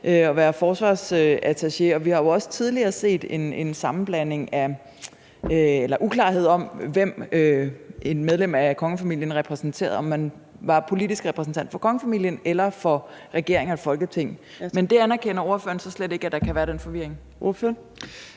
at være forsvarsattaché, og vi har jo også tidligere set en uklarhed om, hvem et medlem af kongefamilien repræsenterede, altså om vedkommende var politisk repræsentant for kongefamilien eller for regeringen og Folketinget. Men ordføreren anerkender så slet ikke, at der kan være den forvirring.